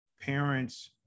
parents